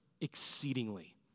exceedingly